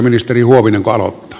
ministeri huovinenko aloittaa